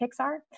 Pixar